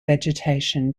vegetation